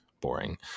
boring